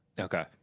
Okay